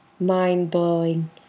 Mind-blowing